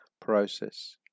process